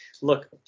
look